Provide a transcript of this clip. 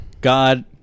God